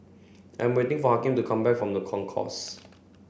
I'm waiting for to come back from The Concourse